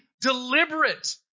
deliberate